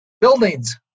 buildings